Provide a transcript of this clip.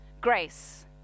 grace